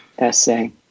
essay